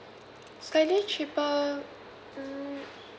slightly cheaper mm